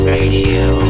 Radio